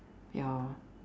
ya